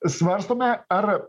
svarstome ar